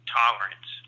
tolerance